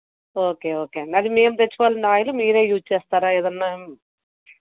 okay okay మరి మేమే తెచ్చుకోవాలండి ఆయిల్ మీరే యూస్ చేస్తారా ఏదైనా